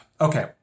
okay